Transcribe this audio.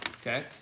okay